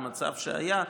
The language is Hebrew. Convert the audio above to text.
במצב שהיה,